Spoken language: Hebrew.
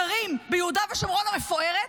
גרים ביהודה שומרון המפוארים,